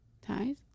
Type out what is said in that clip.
Ties